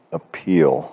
appeal